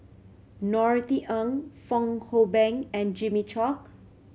Norothy Ng Fong Hoe Beng and Jimmy Chok